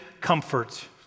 comfort